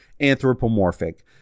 anthropomorphic